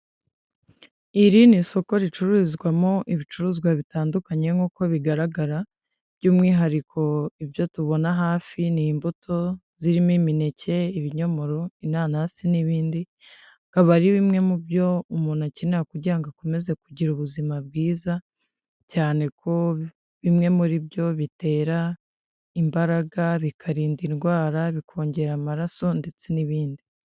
Iri ni isoko ricuruzwamo ibicuruzwa bitandukanye nk'uko bigaragara, by'umwihariko ibyo tubona hafi ni imbuto zirimo imineke, ibinyomoro, inanasi n'ibindi, akaba ari bimwe mu byo umuntu akenera kugira ngo akomeze kugira ubuzima bwiza, cyane ko bimwe muri byo bitera imbaraga, bikarinda indwara, bikongera amaraso ndetse n'ibindi.